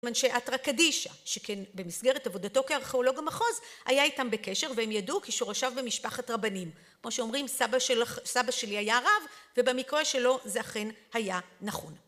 זאת אומרת שאתרא קדישא, שכן במסגרת עבודתו כארכיאולוג המחוז, היה איתם בקשר והם ידעו כי שורשיו במשפחת רבנים, כמו שאומרים "סבא שלוך...סבא שלי היה רב", ובמקרה שלו זה אכן היה נכון.